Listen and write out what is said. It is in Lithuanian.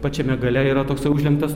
pačiame gale yra toksai užlenktas